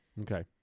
Okay